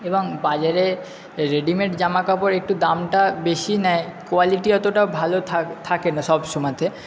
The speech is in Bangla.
এবং বাজারে রেডিমেড জামা কাপড় একটু দামটা বেশি নেয় কোয়ালিটি অতোটা ভালো থাকে না সবসময়তে